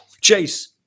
Chase